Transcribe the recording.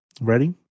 Ready